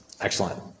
Excellent